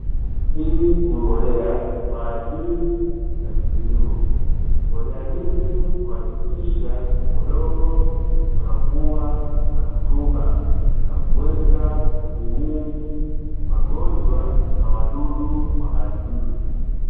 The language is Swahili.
Hii ni mbolea kwa ajili ya kilimo. Mbolea hii hii huakikisha udongo unakuwa na rutuba na kuweza kuhimili magonjwa na wadudu waharibifu.